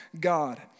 God